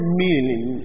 meaning